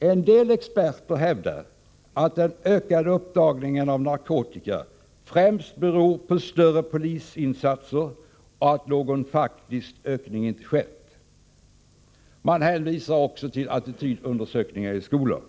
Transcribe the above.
Vissa experter hävdar att den ökade uppdagningen av narkotika främst beror på större polisinsatser och att någon faktisk ökning inte skett. Man hänvisar också till attitydundersökningar i våra skolor.